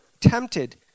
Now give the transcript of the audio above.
tempted